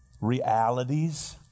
realities